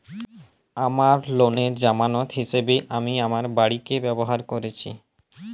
আমার লোনের জামানত হিসেবে আমি আমার বাড়িকে ব্যবহার করেছি